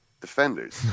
defenders